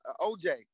OJ